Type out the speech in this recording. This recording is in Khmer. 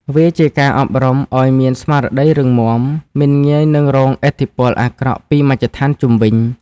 វាជាការអប់រំឱ្យមានស្មារតីរឹងមាំ មិនងាយនឹងរងឥទ្ធិពលអាក្រក់ពីមជ្ឈដ្ឋានជុំវិញ។